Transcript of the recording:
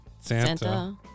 Santa